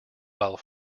while